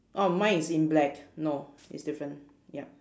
oh mine is in black no it's different yup